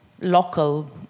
local